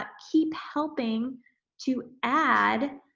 ah keep helping to add